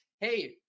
hey